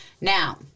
Now